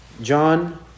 John